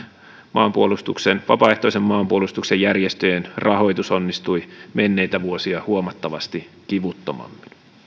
vapaaehtoisen maanpuolustuksen järjestöjen rahoitus onnistui menneitä vuosia huomattavasti kivuttomammin